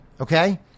Okay